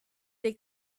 they